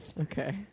Okay